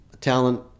talent